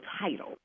title